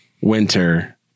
winter